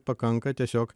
pakanka tiesiog